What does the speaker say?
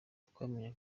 twamenye